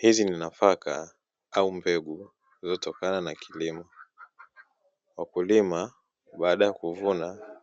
Hizi ni nafaka au mbegu zilizotokana na kilimo, wakulima baada ya kuvuna